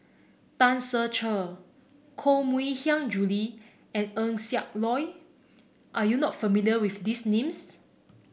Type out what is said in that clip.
Tan Ser Cher Koh Mui Hiang Julie and Eng Siak Loy are you not familiar with these names